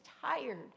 tired